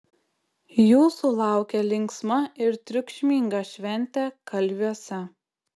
jūsų laukia linksma ir triukšminga šventė kalviuose